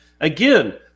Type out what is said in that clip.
again